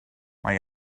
mae